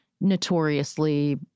notoriously